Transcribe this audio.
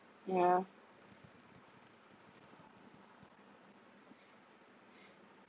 yeah